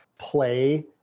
play